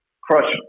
crush